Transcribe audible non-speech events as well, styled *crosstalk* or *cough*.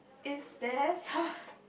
is there some *breath*